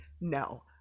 No